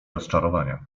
rozczarowania